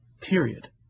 period